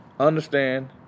Understand